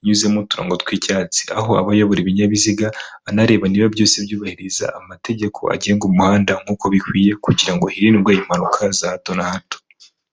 inyuzemo uturango tw'icyatsi, aho aba ayobora ibinyabiziga, anareba niba byose byubahiriza amategeko agenga umuhanda nk'uko bikwiye kugira ngo hirindwe impanuka za hato na hato.